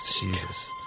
Jesus